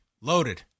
loaded